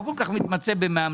אני לא כל כך מתמצא במאמנים.